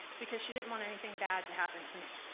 because she didn't want anything bad to happen to me.